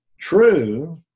true